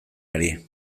ari